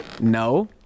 no